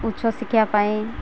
ଉଚ୍ଚଶିକ୍ଷା ପାଇଁ